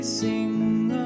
sing